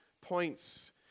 points